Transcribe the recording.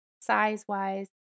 size-wise